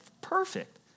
perfect